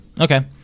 Okay